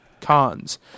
cons